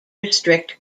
restrict